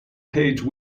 page